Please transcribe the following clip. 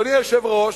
היושב-ראש,